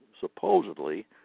supposedly